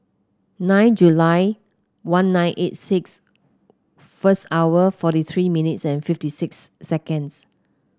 nine July one nine eight six first hour forty three minutes and fifty six seconds